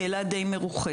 כי אילת די מרוחקת.